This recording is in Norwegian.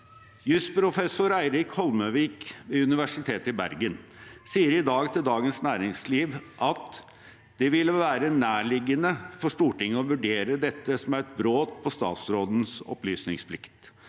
Jusprofessor Eirik Holmøyvik ved Universitetet i Bergen sier i dag til Dagens Næringsliv: «Det vil være nærliggende for Stortinget å vurdere dette som et brudd på statsrådens opplysningsplikt.»